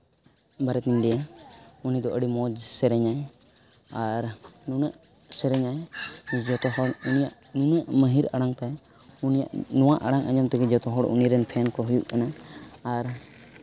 ᱵᱟᱨᱮᱛᱤᱧ ᱞᱟᱹᱭᱟ ᱩᱱᱤᱫᱚ ᱟᱹᱰᱤ ᱢᱚᱡᱽ ᱥᱮᱨᱮᱧᱟᱭ ᱟᱨ ᱱᱩᱱᱟᱹᱜ ᱥᱮᱨᱮᱧᱟᱭ ᱡᱚᱛᱚᱠᱷᱚᱱ ᱩᱱᱤᱭᱟᱜ ᱱᱩᱱᱟᱹᱜ ᱢᱟᱹᱦᱤᱨ ᱟᱲᱟᱝ ᱛᱟᱭ ᱩᱱᱤᱭᱟᱜ ᱱᱚᱣᱟ ᱟᱲᱟᱝ ᱟᱸᱡᱚᱢᱱ ᱛᱮᱜᱮ ᱡᱚᱛᱚ ᱦᱚᱲ ᱩᱱᱤᱨᱮᱱ ᱯᱷᱮᱱ ᱠᱚ ᱦᱩᱭᱩᱜ ᱠᱟᱱᱟ ᱟᱨ